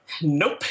Nope